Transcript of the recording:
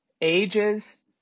Ages